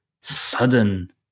sudden